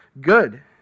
good